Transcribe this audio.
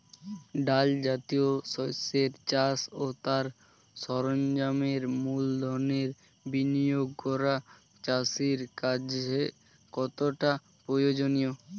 ডাল জাতীয় শস্যের চাষ ও তার সরঞ্জামের মূলধনের বিনিয়োগ করা চাষীর কাছে কতটা প্রয়োজনীয়?